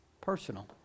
personal